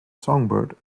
songbird